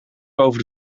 boven